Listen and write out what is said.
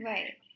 Right